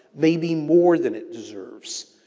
maybe more than it deserves.